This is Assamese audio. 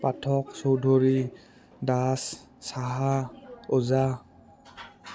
পাঠক চৌধৰী দাস সাহা ওজা